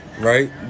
Right